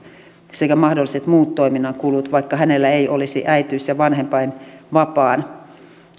sekä mahdolliset muut toiminnan kulut vaikka hänellä ei olisi äitiys ja vanhempainvapaan